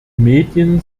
medien